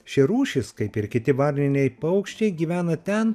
ši rūšis kaip ir kiti varniniai paukščiai gyvena ten